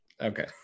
Okay